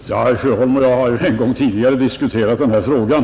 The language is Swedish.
Herr talman! Herr Sjöholm och jag har en gång tidigare diskuterat den här frågan.